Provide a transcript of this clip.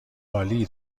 عالی